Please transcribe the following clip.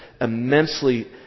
immensely